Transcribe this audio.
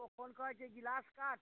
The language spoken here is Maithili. ओ कोन कहैत छै गिलासकाट